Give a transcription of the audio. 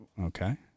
Okay